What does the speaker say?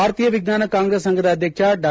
ಭಾರತೀಯ ವಿಜ್ಞಾನ ಕಾಂಗ್ರೆಸ್ ಸಂಫದ ಅಧ್ಧಕ್ಷ ಡಾ